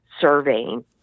surveying